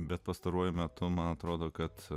bet pastaruoju metu man atrodo kad